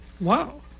Wow